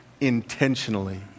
intentionally